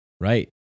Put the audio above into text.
Right